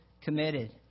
committed